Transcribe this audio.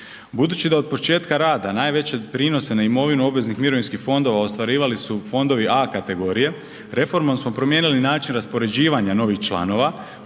Budući da od početka rada najveće prinose na imovinu obveznih mirovinskih fondova ostvarivali su fondovi A kategorije, reformom smo promijenili način raspoređivanja novih članova